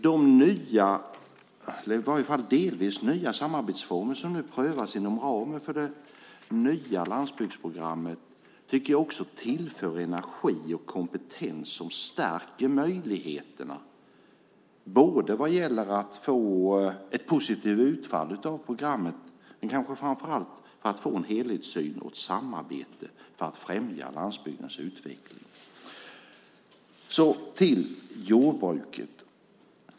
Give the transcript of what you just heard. De delvis nya samarbetsformer som nu prövas inom ramen för det nya landsbygdsprogrammet tycker jag tillför energi och kompetens som stärker möjligheterna både att få ett positivt utfall av programmet och framför allt att få en helhetssyn och ett samarbete för att främja landsbygdens utveckling. Jag går så över till jordbruket.